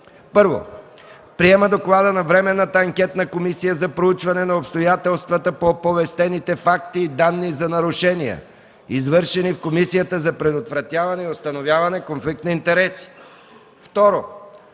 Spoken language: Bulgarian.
1. Приема Доклада на Временната анкетна комисия за проучване на обстоятелствата по оповестените факти и данни за нарушения, извършени в Комисията за предотвратяване и установяване конфликт на интереси.